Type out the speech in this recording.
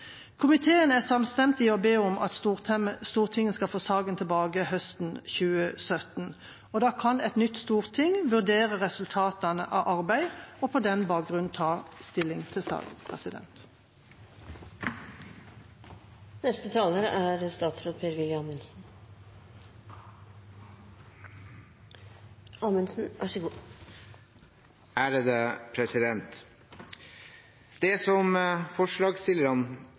komiteen uttrykker at de vil følge saken opp når arbeidet i utvalget er ferdig. Komiteen er samstemt i å be om at Stortinget skal få saken tilbake høsten 2017. Da kan et nytt storting vurdere resultatene av arbeidet og på den bakgrunn ta stilling til saken. Det som forslagsstillerne